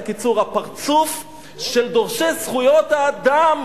בקיצור, הפרצוף של דורשי זכויות האדם